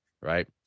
right